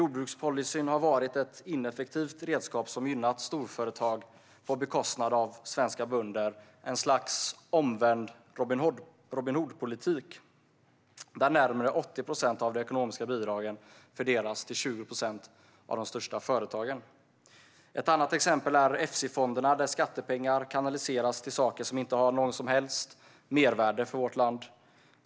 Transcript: Jordbrukspolicyn har varit ett ineffektivt redskap som gynnat storföretag i östländer på bekostnad av svenska bönder - en sorts omvänd Robin Hood-politik, där närmare 80 procent av de ekonomiska bidragen fördelas till 20 procent av de största företagen. Ett annat exempel är Efsifonderna, där skattepengar kanaliseras till saker som inte har något som helst mervärde för vårt land.